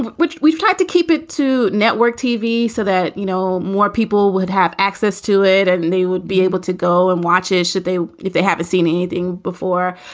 ah we've tried to keep it to network tv so that, you know, more people would have access to it and they would be able to go and watch it. should they? if they haven't seen anything before.